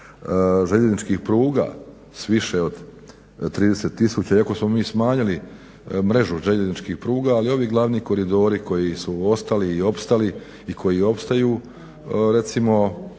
željezničkih pruga sa više od 30 tisuća iako smo mi smanjili mrežu željezničkih pruga ali ovi glavni koridori koji su ostali i opstali i koji opstaju recimo